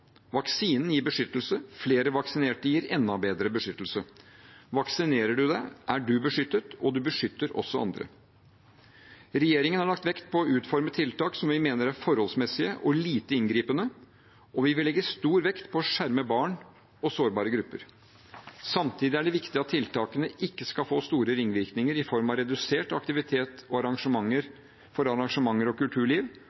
Vaksinen gir beskyttelse, flere vaksinerte gir enda bedre beskyttelse. Vaksinerer du deg, er du beskyttet, og du beskytter også andre Regjeringen har lagt vekt på å utforme tiltak som vi mener er forholdsmessige og lite inngripende, og vi vil legge stor vekt på å skjerme barn og sårbare grupper. Samtidig er det viktig at tiltakene ikke skal få store ringvirkninger i form av redusert aktivitet for arrangementer og